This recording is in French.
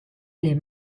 les